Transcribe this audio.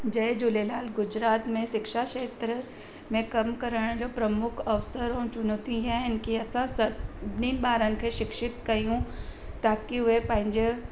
जय झूलेलाल गुजरात में शिक्षा खेत्र में कमु करण जो प्रमुख अवसर ऐं चुनौती आहिनि की असां सभु सभु सभिनी ॿारनि खे शिक्षित कयूं ताकी उहे पंहिंजो